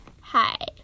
Hi